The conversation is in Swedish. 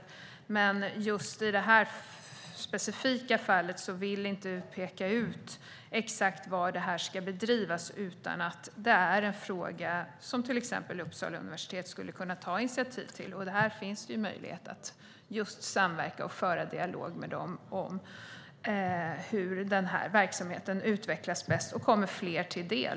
Jag vill dock inte i det här specifika fallet peka ut exakt var det hela ska bedrivas. Det är en fråga som till exempel Uppsala universitet skulle kunna ta initiativ till. Det finns möjlighet att just samverka och föra dialog med dem om hur denna verksamhet utvecklas bäst och kommer fler till del.